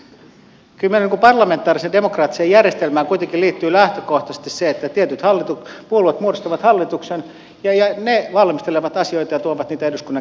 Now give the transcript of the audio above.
kyllä meillä parlamentaariseen demokraattiseen järjestelmään kuitenkin liittyy lähtökohtaisesti se että tietyt puolueet muodostavat hallituksen ja ne valmistelevat asioita ja tuovat niitä eduskunnan käsiteltäväksi